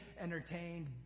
entertained